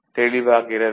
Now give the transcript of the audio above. தெளிவாகிறதா